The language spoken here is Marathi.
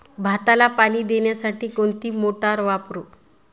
भाताला पाणी देण्यासाठी कोणती मोटार वापरू?